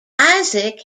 isaac